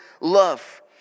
love